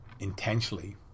intentionally